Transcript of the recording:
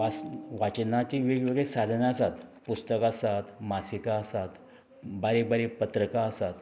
वास वाचनाची वेग वेगळे साधनां आसात पुस्तकां आसात मासिकां आसात बारीक बारीक पत्रकां आसात